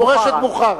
מורשת בוכרה.